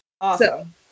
Awesome